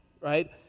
right